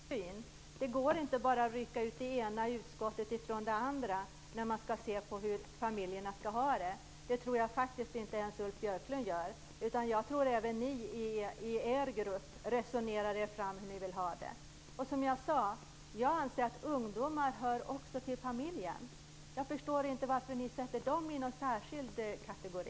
Fru talman! Centerpartiet har en helhetssyn. Det går inte att bara rycka ut det ena utskottet från det andra när man skall se på hur familjerna skall ha det. Det tror jag faktiskt inte ens Ulf Björklund gör. Jag tror att även ni i er grupp resonerar er fram till hur ni vill ha det. Som jag sade anser jag att ungdomar också hör till familjen. Jag förstår inte varför ni sätter dem i en särskild kategori.